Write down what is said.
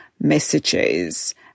messages